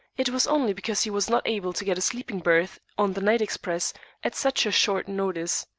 it was only because he was not able to get a sleeping berth on the night express at such short notice.